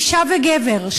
אישה וגבר,